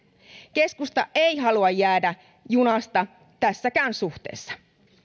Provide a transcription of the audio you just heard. keskusta ei halua jäädä junasta tässäkään suhteessa